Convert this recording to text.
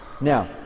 Now